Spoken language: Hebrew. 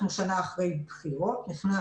אנחנו שנה או שנה וחצי אחרי בחירות ונכנס